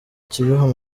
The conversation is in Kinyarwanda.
kibeho